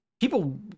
people